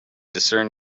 discern